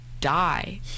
die